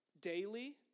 daily